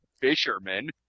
Fisherman